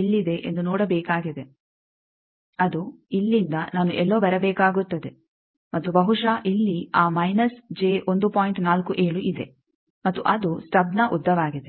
ಎಲ್ಲಿದೆ ಎಂದು ನೋಡಬೇಕಾಗಿದೆ ಅದು ಇಲ್ಲಿಂದ ನಾನು ಎಲ್ಲೋ ಬರಬೇಕಾಗುತ್ತದೆ ಮತ್ತು ಬಹುಶಃ ಇಲ್ಲಿ ಆ ಇದೆ ಮತ್ತು ಅದು ಸ್ಟಬ್ನ ಉದ್ದವಾಗಿದೆ